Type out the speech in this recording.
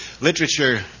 literature